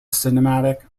cinematic